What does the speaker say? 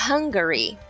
Hungary